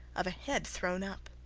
of a head thrown up.